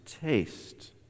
taste